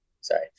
sorry